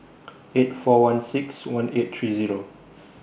eight four one six one eight three Zero